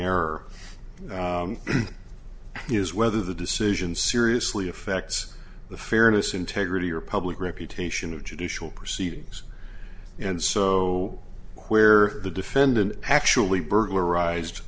error is whether the decision seriously affects the fairness integrity or public reputation of judicial proceedings and so where the defendant actually burglar